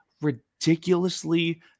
ridiculously